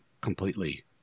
completely